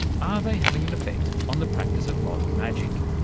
are they having an effect on the practice of modern magic?